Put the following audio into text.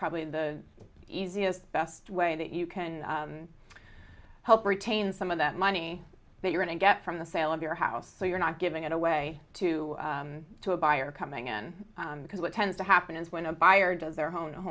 probably the easiest best way that you can help retain some of that money that you're in and get from the sale of your house so you're not giving it away too to a buyer coming in because what tends to happen is when a buyer does their home